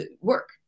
work